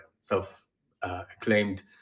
self-acclaimed